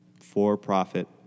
for-profit